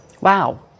Wow